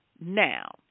now